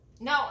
No